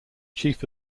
chief